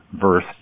verse